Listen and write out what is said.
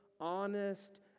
honest